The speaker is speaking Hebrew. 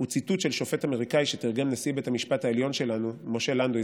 הוא ציטוט של שופט אמריקני שתרגם נשיא בית המשפט העליון שלנו משה לנדוי,